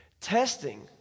Testing